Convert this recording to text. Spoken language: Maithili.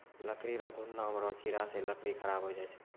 लकड़ी रो घुन नाम रो कीड़ा से लकड़ी खराब होय जाय छै